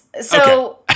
So-